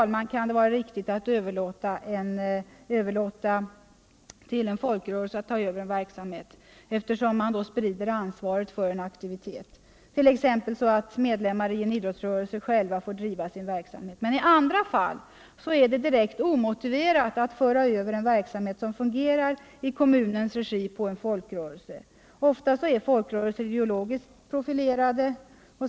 herr talman, vara riktigt att överlåta till en folkrörelse att ta Över en verksamhet, eftersom man då sprider ansvaret för en aktivitet. Medlemmar i en idrotisrörelse kan t.ex. själva få driva sin verksamhet. Men i andra fall är det direkt omotiverat att på en folkrörelse föra över en verksamhet som fungerar i kommunens regi. Ofta är folkrörelser ideologiskt profilerade.